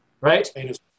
right